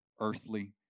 earthly